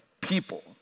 people